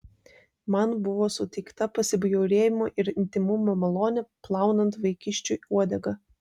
man buvo suteikta pasibjaurėjimo ir intymumo malonė plaunant vaikiščiui uodegą